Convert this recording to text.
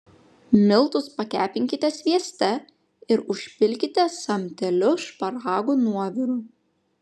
miltus pakepinkite svieste ir užpilkite samteliu šparagų nuoviru